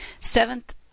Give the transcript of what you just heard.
Seventh